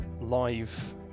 live